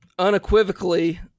unequivocally